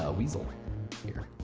ah weasel here.